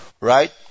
Right